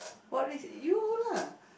what risk you lah